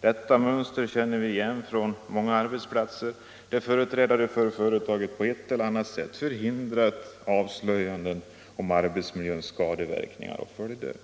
Detta mönster känns igen från flera arbetsplatser, där företrädare för företaget på ett eller annat sätt har förhindrat avslöjanden om arbetsmiljöns skadeverkningar och följder.